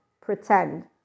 pretend